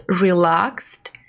relaxed